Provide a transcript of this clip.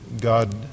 God